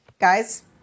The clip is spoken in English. guys